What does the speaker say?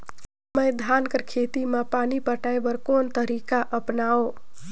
मैं धान कर खेती म पानी पटाय बर कोन तरीका अपनावो?